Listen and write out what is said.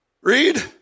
read